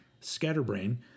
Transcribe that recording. Scatterbrain